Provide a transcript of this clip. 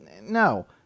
no